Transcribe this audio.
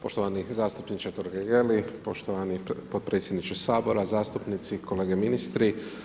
Poštovani zastupniče Totgergeli, poštovani potpredsjedniče Sabora, zastupnici, kolege ministri.